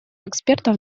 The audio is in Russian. экспертов